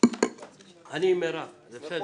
אתמול לא היו אזעקות באזור שלי וישנתי טוב.